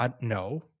no